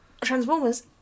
Transformers